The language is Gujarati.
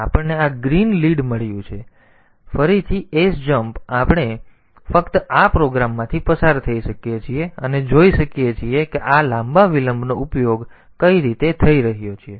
તેથી આપણને આ ગ્રીન લીડ મળ્યું છે પછી ફરીથી sjmp આપણે ફક્ત આ પ્રોગ્રામમાંથી પસાર થઈ શકીએ છીએ અને જોઈ શકીએ છીએ કે આ લાંબા વિલંબનો ઉપયોગ કેવી રીતે થઈ રહ્યો છે